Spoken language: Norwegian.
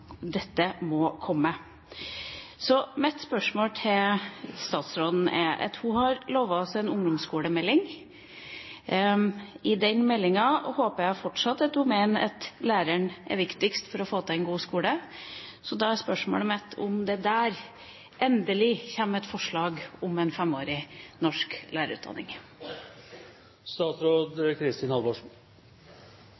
Statsråden har lovet oss en ungdomsskolemelding, og i den meldingen håper jeg hun fortsatt mener at læreren er viktigst for å få til en god skole. Så spørsmålet mitt er da: Kommer det der, endelig, et forslag om en femårig norsk lærerutdanning?